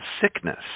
sickness